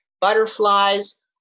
butterflies